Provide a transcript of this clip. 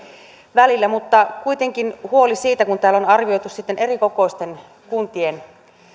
välillä mutta kuitenkin huoli on siitä kun täällä on arvioitu sitten erikokoisten kuntien